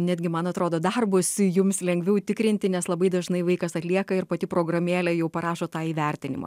netgi man atrodo darbus jums lengviau tikrinti nes labai dažnai vaikas atlieka ir pati programėlė jau parašo tą įvertinimą